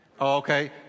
Okay